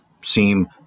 seem